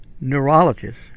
neurologist